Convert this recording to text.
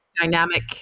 dynamic